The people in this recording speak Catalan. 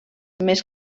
més